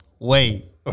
wait